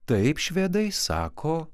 taip švedai sako